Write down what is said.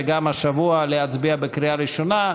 וגם השבוע להצביע בקריאה ראשונה,